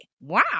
Wow